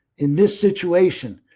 in this situation,